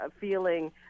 feeling